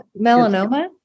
Melanoma